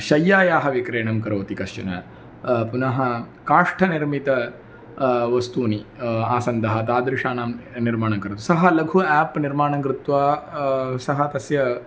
शैय्यायाः विक्रयणं करोति कश्चन पुनः काष्ठनिर्मितवस्तूनि आसन्दः तादृशानां निर्माणं करोति सः लघु आप् निर्माणं कृत्वा सः तस्य